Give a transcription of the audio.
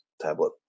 tablet